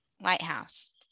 Lighthouse